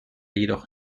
jedoch